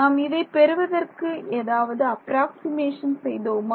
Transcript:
நாம் இதைப் பெறுவதற்கு ஏதாவது அப்ராக்ஸிமேஷன் செய்தோமா